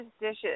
Dishes